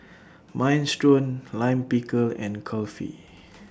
Minestrone Lime Pickle and Kulfi